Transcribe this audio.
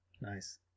nice